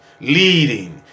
leading